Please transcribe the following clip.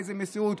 באיזו מסירות,